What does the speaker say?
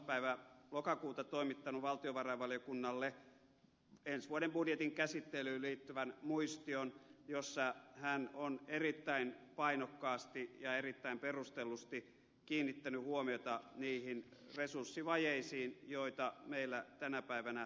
päivä lokakuuta toimittanut valtiovarainvaliokunnalle ensi vuoden budjetin käsittelyyn liittyvän muistion jossa hän on erittäin painokkaasti ja erittäin perustellusti kiinnittänyt huomiota niihin resurssivajeisiin joita meillä tänä päivänä tuomioistuinlaitoksessa on